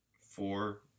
four